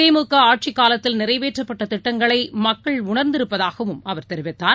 திமுகஆட்சிக்காலத்தில் நிறைவேற்றப்பட்டதிட்டங்களைமக்கள் உணர்ந்திருப்பதாகவும் அவர் தெரிவித்தார்